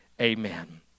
amen